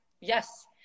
yes